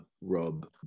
Rob